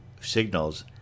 signals